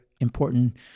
important